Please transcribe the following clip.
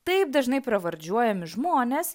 taip dažnai pravardžiuojami žmonės